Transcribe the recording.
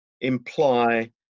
imply